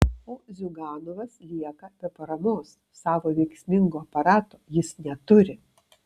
o ziuganovas lieka be paramos savo veiksmingo aparato jis neturi